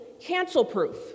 cancel-proof